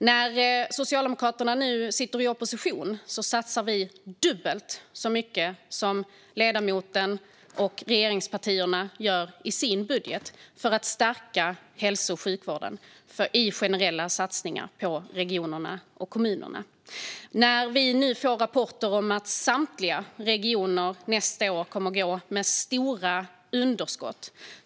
När vi socialdemokrater nu sitter i opposition satsar vi dubbelt så mycket som ledamotens parti och regeringspartierna gör i sin budget för att stärka hälso och sjukvården i generella satsningar på regionerna och kommunerna. Vi får nu rapporter om att samtliga regioner nästa år kommer att gå med stora underskott.